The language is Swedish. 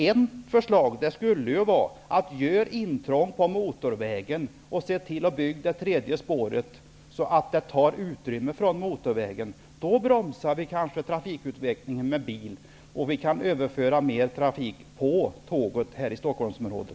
Ett förslag skulle vara att göra intrång på motorvägen och bygga det tredje spåret så att det tar utrymme från motorvägen. Då bromsar vi biltrafikutvecklingen och kan föra över mer trafik på tåg i Stockholmsområdet.